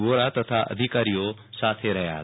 વોરા તથા અધિકારીઓ સાથે રહ્યા હતા